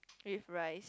with rice